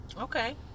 Okay